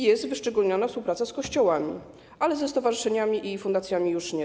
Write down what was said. Jest wyszczególniona współpraca z Kościołami, ale ze stowarzyszeniami i fundacjami już nie.